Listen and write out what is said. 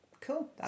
Cool